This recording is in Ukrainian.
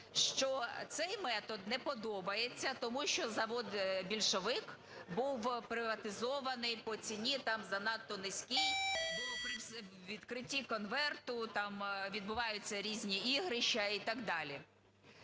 що цей метод не подобається, тому що завод "Більшовик" був приватизований по ціні там занадто низькій, бо при відкритті конверта відбуваються різні ігрища і так далі.